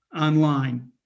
online